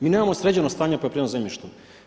Mi nemamo sređeno stanje u poljoprivrednom zemljištu.